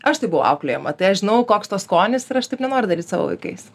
aš taip buvau auklėjama tai aš žinau koks to skonis ir aš taip nenoriu daryt savo vaikais